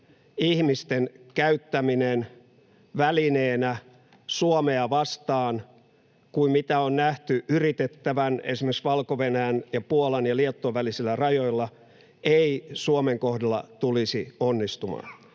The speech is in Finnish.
ihmisten käyttäminen välineenä Suomea vastaan kuin mitä on nähty yritettävän esimerkiksi Valko-Venäjän ja Puolan ja Liettuan välisillä rajoilla ei Suomen kohdalla tulisi onnistumaan.